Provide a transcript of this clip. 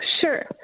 Sure